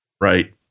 right